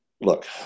look